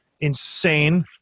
insane